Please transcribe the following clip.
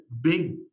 big